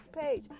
page